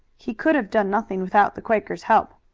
he could have done nothing without the quaker's help.